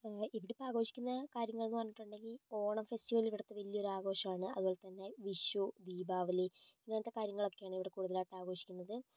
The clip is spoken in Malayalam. ഇവിടിപ്പോൾ ആഘോഷിക്കുന്ന കാര്യങ്ങളെന്നു പറഞ്ഞിട്ടുണ്ടെങ്കിൽ ഓണം ഫെസ്റ്റിവെൽ ഇവിടുത്തെ വലിയൊരാഘോഷമാണ് അതുപോലെ തന്നെ വിഷു ദിപാവലി ഇങ്ങനത്തെ കാര്യങ്ങളൊക്കെയാണ് ഇവിടെ കൂടുതലായിട്ടും ആഘോഷിക്കുന്നത്